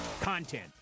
Content